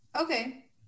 Okay